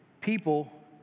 people